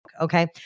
Okay